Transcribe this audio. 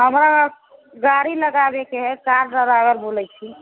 हमरा गाड़ी लगाबयके है कार ड्राइवर बोलै छी